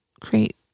create